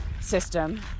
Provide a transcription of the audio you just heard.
system